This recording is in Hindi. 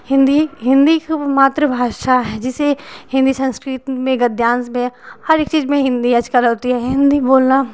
हिंदी हिंदी मातृभाषा है जिसे हिंदी संस्कृत में गद्यांश भी है हरेक चीज में हिंदी आजकल होती है हिंदी बोलना